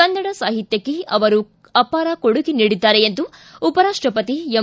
ಕನ್ನಡ ಸಾಹಿತ್ಯಕ್ಷೆ ಅವರು ಅಪಾರ ಕೊಡುಗೆ ನೀಡಿದ್ದಾರೆ ಎಂದು ಉಪರಾಷ್ಲಪತಿ ಎಂ